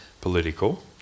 political